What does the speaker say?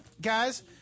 Guys